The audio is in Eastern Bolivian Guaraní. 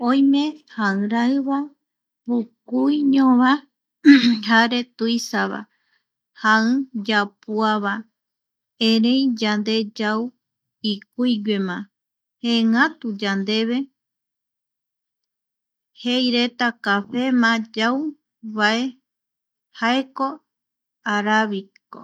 Oime jai raiva, pukuiñova, jai tuisava, jai yapua va, erei yande yau ikuiguema, jeengatu yandeve. jei reta café ma yau, vae jaeko arábico